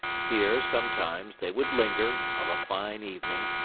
here, sometimes, they would linger, of a fine evening,